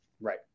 Right